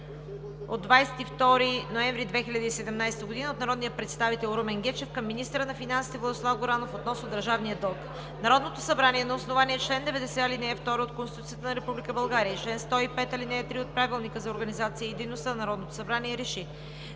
от 22 ноември 2017 г. от народния представител Румен Гечев към министъра на финансите Владислав Горанов относно държавния дълг Народното събрание на основание чл. 90, ал. 2 от Конституцията на Република България и чл. 105, ал. 3 от Правилника за организацията и дейността на Народното събрание РЕШИ: